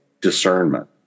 discernment